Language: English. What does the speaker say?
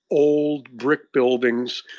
old brick buildings,